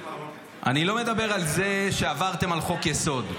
אני לא מדבר על זה שעברתם על חוק-יסוד,